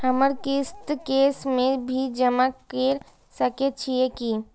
हमर किस्त कैश में भी जमा कैर सकै छीयै की?